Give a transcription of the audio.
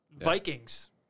Vikings